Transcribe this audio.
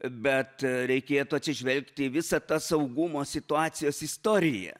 bet reikėtų atsižvelgti į visą tą saugumo situacijos istoriją